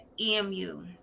EMU